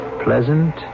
Pleasant